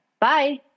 Bye